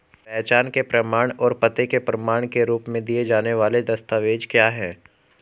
पहचान के प्रमाण और पते के प्रमाण के रूप में दिए जाने वाले दस्तावेज क्या हैं?